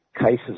cases